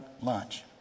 Lunch